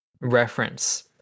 reference